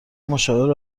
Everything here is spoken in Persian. مشاور